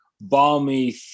balmy